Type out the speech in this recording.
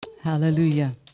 Hallelujah